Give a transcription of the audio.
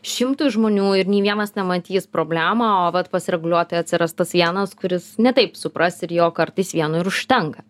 šimtui žmonių ir nei vienas nematys problemą o vat pasireguliuotoją atsiras tas vienas kuris ne taip supras ir jo kartais vieno užtenka